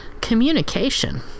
communication